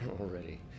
already